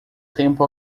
tempo